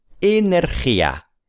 Energía